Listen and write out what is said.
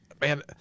Man